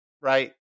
right